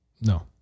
No